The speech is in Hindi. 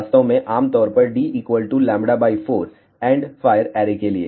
वास्तव में आम तौर पर d λ4 एंडफायर ऐरे के लिए